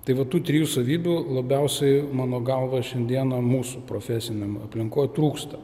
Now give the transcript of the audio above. tai va tų trijų savybių labiausiai mano galva šiandieną mūsų profesiniam aplinkoj trūksta